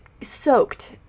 soaked